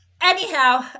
Anyhow